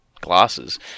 glasses